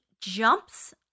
jumps